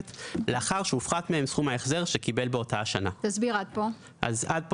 לאחר שהופחת מהם סכום ההחזר שקיבל באותה השנה; עד פה זה